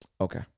Okay